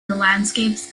landscapes